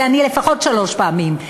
אני לפחות שלוש פעמים,